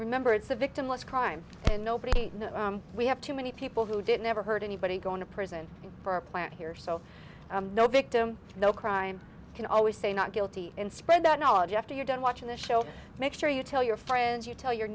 remember it's a victimless crime and nobody we have too many people who did never hurt anybody going to prison for a plant here so no victim no crime can always say not guilty and spread that knowledge after you're done watching the show make sure you tell your friends you tell your